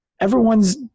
Everyone's